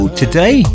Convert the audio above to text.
today